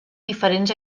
diferents